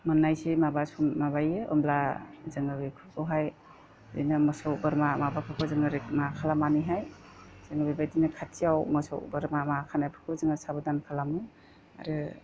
मोननायसै माबा सम माबायो अब्ला जोङो बेफोरखौहाय बिदिनो मोसौ बोरमा माबाफोरखौबो जोङो मा खालामनानैहाय जोङो बेबायदिनो खाथियाव मोसौ बोरमा मा खानायफोरखौ जोङो साबधान खालामो आरो